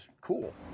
Cool